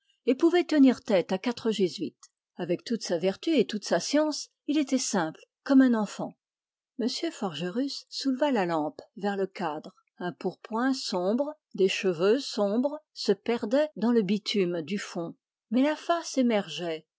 et pouvait tenir tête à quatre jésuites avec toute sa vertu et toute sa science il était simple comme un enfant m forgerus souleva la lampe vers le cadre un pourpoint sombre des cheveux sombres se perdaient dans le bitume du fond mais la face émergeait